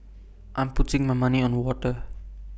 I'm putting my money on water